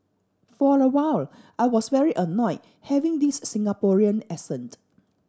for a while I was very annoyed having this Singaporean accent